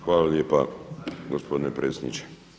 Hvala lijepa gospodine predsjedniče.